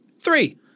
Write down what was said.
Three